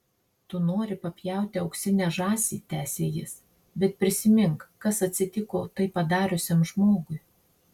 tu nori papjauti auksinę žąsį tęsė jis bet prisimink kas atsitiko tai padariusiam žmogui